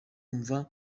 mva